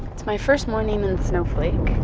it's my first morning in snowflake.